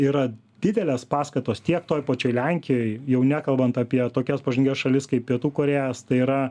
yra didelės paskatos tiek toj pačioj lenkijoj jau nekalbant apie tokias pažangias šalis kaip pietų korėjas tai yra